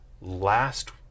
last